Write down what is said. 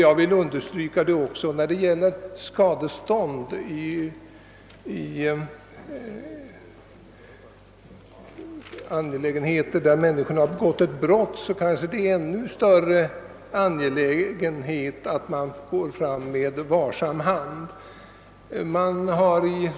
Jag vill framhålla att det när det gäl NN skadestånd då människor begått ett Pott kanske är ännu mer angeläget att Så varsamt fram.